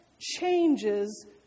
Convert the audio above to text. changes